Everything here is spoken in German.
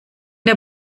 der